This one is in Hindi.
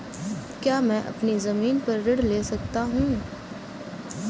क्या मैं अपनी ज़मीन पर ऋण ले सकता हूँ?